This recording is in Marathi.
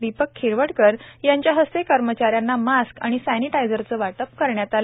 दीपक खिरवडकर यांच्या हस्ते कर्मचाऱ्यांना मास्क आणि सॅनीटायजर चे वाटप करण्यात आले